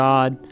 God